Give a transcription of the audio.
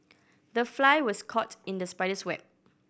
the fly was caught in the spider's web